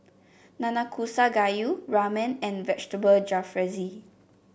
Nanakusa Gayu Ramen and Vegetable Jalfrezi